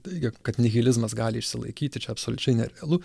teigia kad nihilizmas gali išsilaikyti čia absoliučiai nerealu